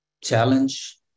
challenge